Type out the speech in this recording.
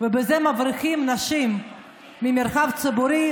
ובזה מבריחים נשים מהמרחב הציבורי,